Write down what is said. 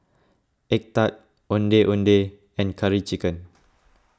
Egg Tart Ondeh Ondeh and Curry Chicken